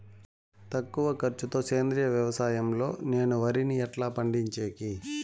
తక్కువ ఖర్చు తో సేంద్రియ వ్యవసాయం లో నేను వరిని ఎట్లా పండించేకి?